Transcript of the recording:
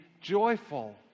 joyful